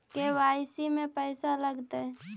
KYC में पैसा लगतै?